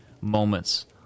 moments